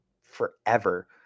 forever